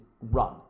run